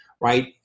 Right